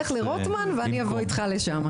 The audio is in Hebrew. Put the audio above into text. לך לרוטמן ואני אבוא איתך לשם.